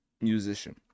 musician